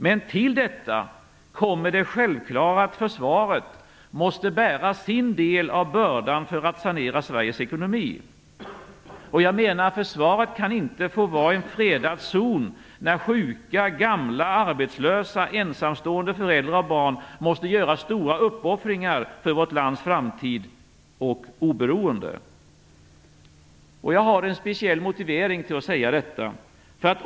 Men till detta kommer det självklara, att försvaret måste bära sin del av bördan för att sanera Sveriges ekonomi. Försvaret kan inte få vara en fredad zon när sjuka, gamla, arbetslösa, ensamstående föräldrar och barn måste göra stora uppoffringar för vårt lands framtid och oberoende. Jag har en speciell motivering till att säga detta.